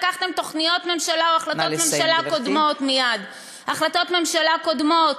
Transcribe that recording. לקחתם תוכניות ממשלה או החלטות ממשלה קודמות,